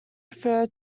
refer